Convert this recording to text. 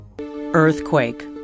Earthquake